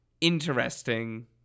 interesting